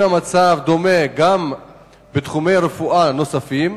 האם המצב דומה גם בתחומי רפואה נוספים?